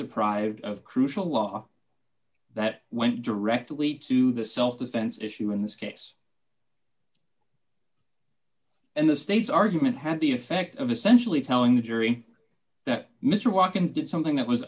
deprived of crucial law that went directly to the self defense issue in this case and the state's argument had the effect of essentially telling the jury that mr watkins did something that was